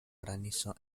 granizo